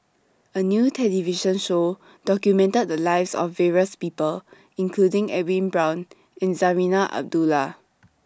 A New television Show documented The Lives of various People including Edwin Brown and Zarinah Abdullah